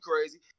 crazy